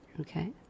Okay